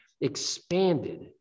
expanded